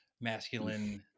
masculine